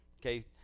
Okay